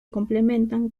complementan